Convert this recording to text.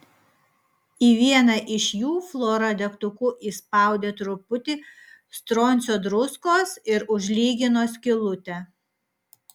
į vieną iš jų flora degtuku įspaudė truputį stroncio druskos ir užlygino skylutę